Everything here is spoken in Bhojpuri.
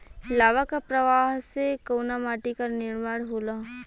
लावा क प्रवाह से कउना माटी क निर्माण होला?